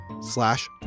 slash